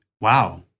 Wow